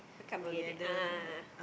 so come together a'ah a'ah